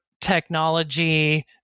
technology